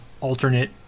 alternate